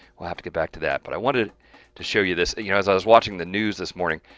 we'll have to get back to that but i wanted to show you this. you know as i was watching the news this morning,